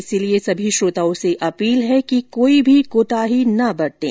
इसलिए सभी श्रोताओं से अपील है कि कोई भी कोताही न बरतें